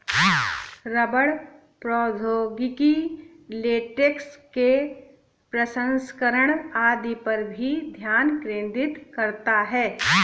रबड़ प्रौद्योगिकी लेटेक्स के प्रसंस्करण आदि पर भी ध्यान केंद्रित करता है